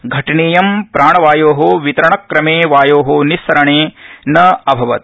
घटनेयं प्राणावायो वितरणक्रमे वायो निस्सरणेन अभवत्